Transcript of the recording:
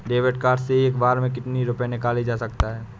David card से एक बार में कितनी रूपए निकाले जा सकता है?